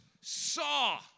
saw